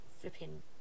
flipping